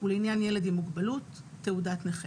ולעניין ילד עם מוגבלות, תעודת נכה."